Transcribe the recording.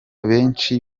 benshi